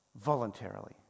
voluntarily